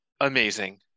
Amazing